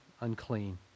unclean